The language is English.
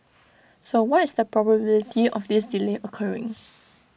so what is the probability of this delay occurring